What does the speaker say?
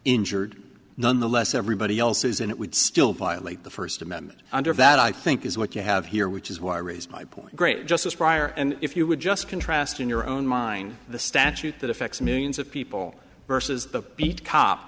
injured none the less everybody else is and it would still violate the first amendment under that i think is what you have here which is why i raised my point great justice prior and if you would just contrast in your own mind the statute that affects millions of people versus the beat cop